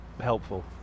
helpful